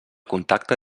contacte